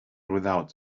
without